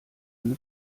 eine